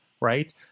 right